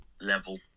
level